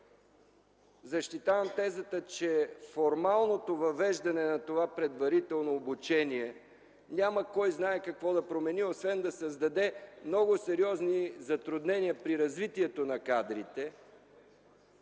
защитавам тезата, че формалното въвеждане на това предварително обучение няма кой знае какво да промени, освен да създаде много сериозни затруднения при развитието на кадрите,